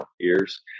ears